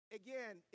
again